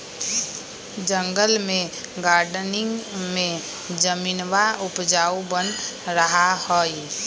जंगल में गार्डनिंग में जमीनवा उपजाऊ बन रहा हई